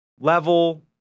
level